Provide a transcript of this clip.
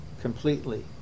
completely